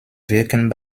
wirken